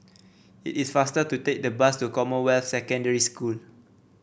it is faster to take the bus to Commonwealth Secondary School